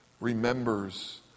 remembers